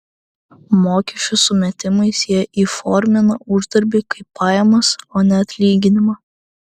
mokesčių sumetimais jie įformina uždarbį kaip pajamas o ne atlyginimą